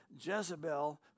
Jezebel